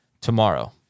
tomorrow